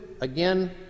again